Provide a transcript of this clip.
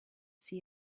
see